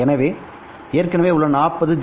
எனவே ஏற்கனவே உள்ளது 40 ஜி